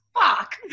Fuck